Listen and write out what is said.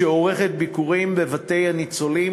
שעורכת ביקורים בבתי הניצולים,